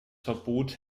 verbot